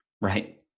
Right